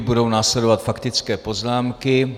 Budou následovat faktické poznámky.